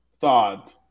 thought